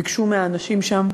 ביקשו מהאנשים שם